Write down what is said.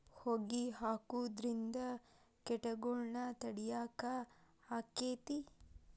ಹೊಗಿ ಹಾಕುದ್ರಿಂದ ಕೇಟಗೊಳ್ನ ತಡಿಯಾಕ ಆಕ್ಕೆತಿ?